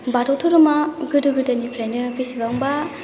बाथौ धोरोमा गोदो गोदाइनिफ्रायनो बेसेबांबा